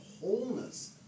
wholeness